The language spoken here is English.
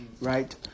right